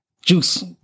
Juice